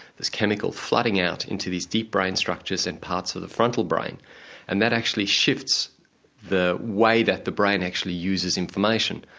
this chemical flooding out into these deep brain structures in parts of the frontal brain and that actually shifts the way that the brain actually uses information.